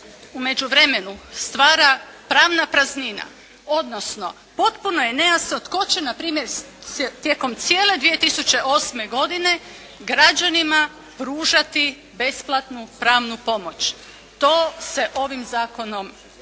međuvremenu stvara pravna praznina odnosno potpuno je nejasno tko će npr. tijekom cijele 2008. godine građanima pružati besplatnu pravnu pomoć. To se ovim zakonom